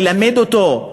ללמד אותו,